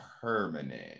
permanent